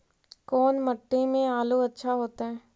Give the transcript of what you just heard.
कोन मट्टी में आलु अच्छा होतै?